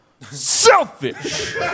Selfish